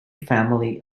family